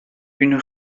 une